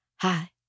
Hi